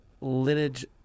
lineage